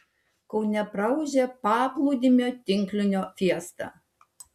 kaune praūžė paplūdimio tinklinio fiesta